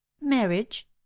Marriage